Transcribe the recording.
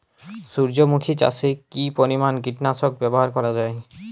সূর্যমুখি চাষে কি পরিমান কীটনাশক ব্যবহার করা যায়?